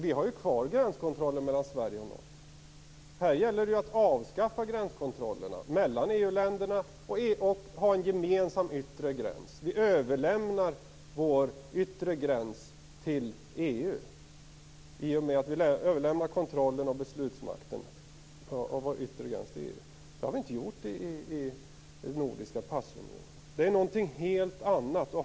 Vi har kvar gränskontrollen mellan Sverige och Norge. Nu gäller det att avskaffa gränskontrollerna mellan EU-länderna och ha en gemensam yttre gräns. Vi överlämnar vår yttre gräns till EU i och med att vi överlämnar kontrollen och beslutsmakten över vår yttre gräns till EU. Det har vi inte gjort inom den nordiska passunionen. Det är något helt annat.